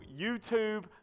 YouTube